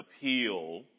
appeal